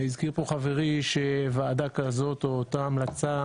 חברי הזכיר פה שאותה המלצה